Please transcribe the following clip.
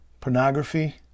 pornography